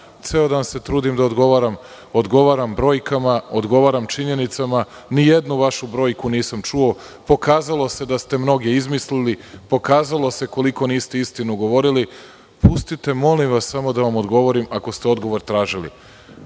ceo dan se trudim da odgovaram. Odgovaram brojkama, odgovaram činjenicama, ni jednu vašu brojku nisam čuo. Pokazalo se da ste mnoge izmislili, pokazalo se koliko niste istinu govorili, pustite, molim vas, samo da vam odgovorim, ako ste odgovor tražili.